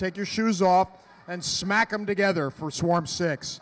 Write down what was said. take your shoes off and smack em together for swarm six